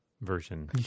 version